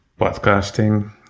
podcasting